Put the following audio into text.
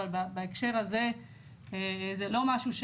אבל בהקשר הזה זה לא משהו,